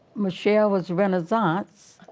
michelle was renaissance.